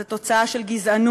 הוא תוצאה של גזענות,